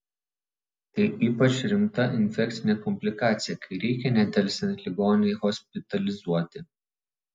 tai ypač rimta infekcinė komplikacija kai reikia nedelsiant ligonį hospitalizuoti